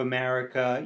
America